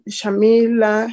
Shamila